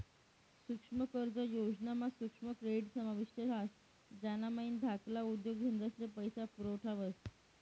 सुक्ष्म कर्ज योजना मा सुक्ष्म क्रेडीट समाविष्ट ह्रास ज्यानामाईन धाकल्ला उद्योगधंदास्ले पैसा पुरवठा व्हस